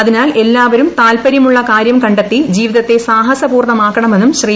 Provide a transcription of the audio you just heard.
അതിനാൽ എല്ലാവരും താൽപരൃമുള്ള കാരൃം കണ്ടെത്തി ജീവിതത്തെ സാഹസപൂർണമാക്കണമെന്നും ശ്രീ